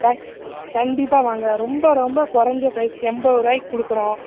கண் கண்டிப்பாக வாங்க ரொம்ப ரொம்ப கொறைஞ்ச ப்ரைஸ் எண்பது ரூபாய்க்கு கொடுக்குறோம்